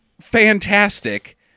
fantastic